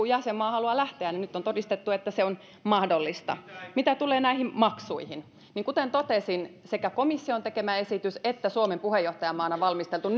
jäsenmaa haluaa lähteä niin nyt on todistettu että se on mahdollista mitä tulee näihin maksuihin niin kuten totesin sekä komission tekemä esitys että suomi puheenjohtajamaana valmisteltu